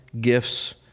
gifts